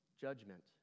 judgment